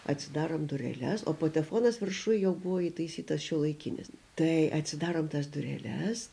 atsidarom dureles o patefonas viršuj jau buvo įtaisytas šiuolaikinis tai atsidarom tas dureles